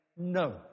no